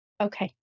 okay